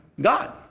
God